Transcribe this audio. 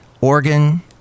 organ